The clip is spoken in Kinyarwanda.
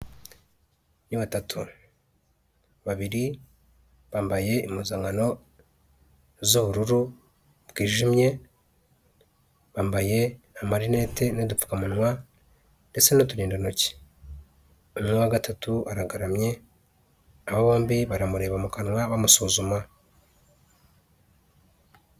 Ni batatu, babiri bambaye impuzankano z'ubururu bwijimye, bambaye amarinete n'udupfukamunwa ndetse n'uturindantoki, umwe wa gatatu aragaramye, abo bombi baramureba mu kanwa bamusuzuma.